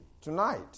Tonight